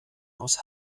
aus